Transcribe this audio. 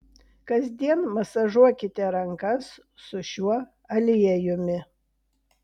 kasdien masažuokite rankas su šiuo aliejumi